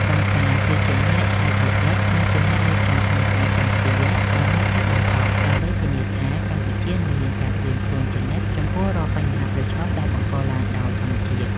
ប៉ុន្តែគឺជាអ្នកច្នៃប្រឌិត និងជាអ្នករៀបចំផែនការការពារដ៏ហ្មត់ចត់បំផុត ដើម្បីធានាថាកម្ពុជានឹងមានការត្រៀមខ្លួនជានិច្ចចំពោះរាល់បញ្ហាប្រឈមដែលបង្កឡើងដោយធម្មជាតិ។